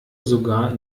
sogar